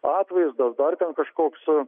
atvaizdas dar ten kažkoks